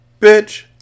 Bitch